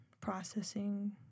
processing